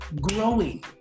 growing